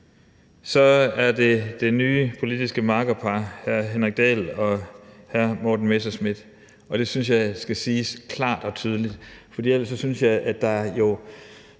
så er det det nye politiske makkerpar hr. Henrik Dahl og hr. Morten Messerschmidt, og det synes jeg skal siges klart og tydeligt, for ellers synes jeg, at der på